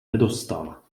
nedostal